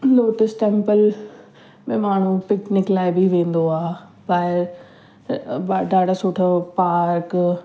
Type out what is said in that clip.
lotus Temple में माण्हू picnic लाइ बि वेंदो आहे ॿाहिरि ॾाढा सुठा पार्क